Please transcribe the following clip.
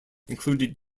included